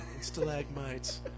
stalagmites